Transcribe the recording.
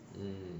mm